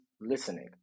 listening